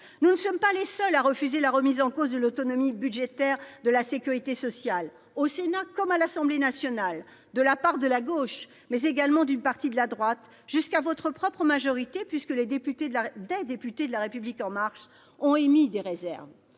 Nous ne sommes pas les seuls à refuser la remise en cause de l'autonomie budgétaire de la sécurité sociale ; au Sénat comme à l'Assemblée nationale, de la part de la gauche, mais également d'une partie de la droite jusqu'à votre propre majorité, puisque des députés de La République En Marche ont émis des réserves,